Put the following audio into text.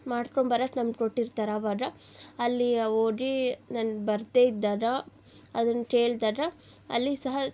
ಮಾಡ್ಕೊಂಬರಕ್ಕೆ ನಮ್ಗೆ ಕೊಟ್ಟಿರ್ತಾರ್ ಅವಾಗ ಅಲ್ಲಿ ಹೋಗಿ ನನ್ಗೆ ಬರದೇ ಇದ್ದಾಗ ಅದನ್ನು ಕೇಳ್ದಾಗ ಅಲ್ಲಿ ಸಹ